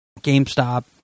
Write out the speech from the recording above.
GameStop